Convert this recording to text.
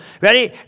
ready